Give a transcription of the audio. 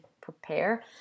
prepare